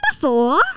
four